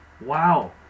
Wow